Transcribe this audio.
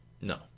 No